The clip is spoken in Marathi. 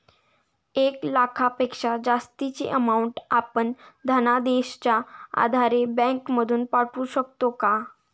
एक लाखापेक्षा जास्तची अमाउंट आपण धनादेशच्या आधारे बँक मधून पाठवू शकतो का?